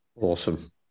Awesome